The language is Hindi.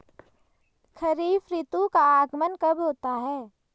खरीफ ऋतु का आगमन कब होता है?